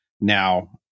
now